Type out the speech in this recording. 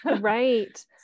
Right